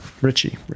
Richie